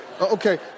Okay